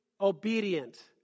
obedient